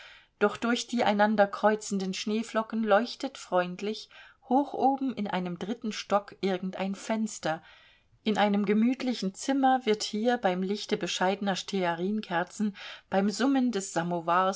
doch durch die einander kreuzenden schneeflocken leuchtet freundlich hoch oben in einem dritten stock irgendein fenster in einem gemütlichen zimmer wird hier beim lichte bescheidener stearinkerzen beim summen des samowars